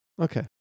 Okay